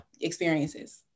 experiences